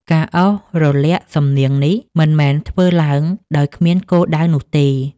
ការអូសរលាក់សំនៀងនេះមិនមែនធ្វើឡើងដោយគ្មានគោលដៅនោះទេ។